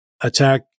attack